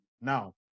now